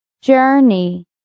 Journey